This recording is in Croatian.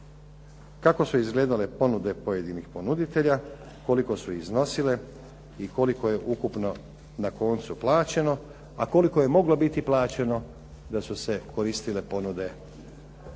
kako su izgledale ponude pojedinih ponuditelja, koliko su iznosile i koliko je ukupno na koncu plaćeno, a koliko je moglo biti plaćeno da su se koristile ponude pojedinih